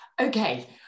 okay